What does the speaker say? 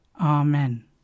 Amen